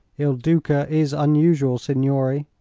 il duca is unusual, signore,